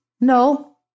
No